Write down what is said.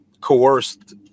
coerced